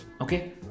okay